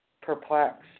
perplexed